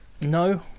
no